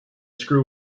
screw